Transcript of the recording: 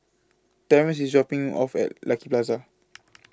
Terrence IS dropping off At Lucky Plaza